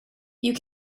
you